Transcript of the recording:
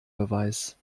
beweis